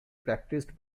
practiced